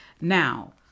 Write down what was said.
Now